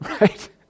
right